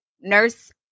nurse